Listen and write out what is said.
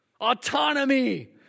autonomy